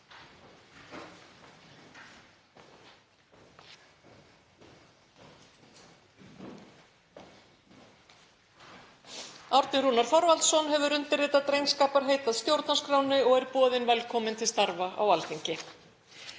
Árni Rúnar Þorvaldsson hefur undirritað drengskaparheit að stjórnarskránni og er boðinn velkomin til starfa á Alþingi.